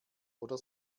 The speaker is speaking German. oder